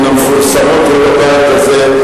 מן המפורסמות הן בבית הזה,